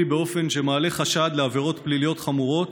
באופן שמעלה חשד לעבירות פליליות חמורות